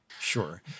Sure